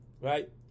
right